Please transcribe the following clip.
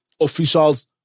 officials